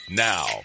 Now